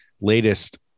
latest